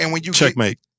Checkmate